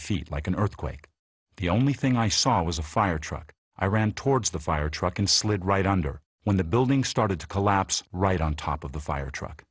feet like an earthquake the only thing i saw was a fire truck i ran towards the fire truck and slid right under when the building started to collapse right on top of the fire truck